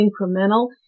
incremental